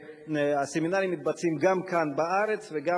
הסמינרים מתבצעים גם כאן בארץ וגם